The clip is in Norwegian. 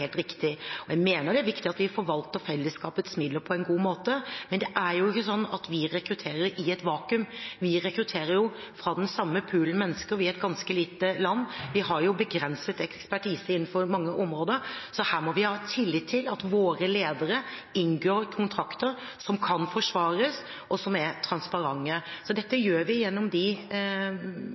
helt riktig. Og jeg mener det er viktig at vi forvalter fellesskapets midler på en god måte, men det er ikke sånn at vi rekrutterer i et vakuum. Vi rekrutterer fra den samme poolen mennesker. Vi er et ganske lite land. Vi har begrenset ekspertise innenfor mange områder, så her må vi ha tillit til at våre ledere inngår kontrakter som kan forsvares og som er transparente. Dette gjør vi gjennom de